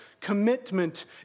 commitment